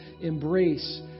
embrace